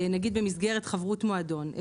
נגיד במסגרת חברות מועדון,